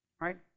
Right